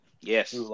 Yes